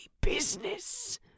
business